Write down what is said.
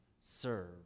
serve